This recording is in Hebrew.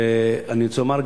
אני רוצה לומר,